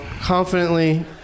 confidently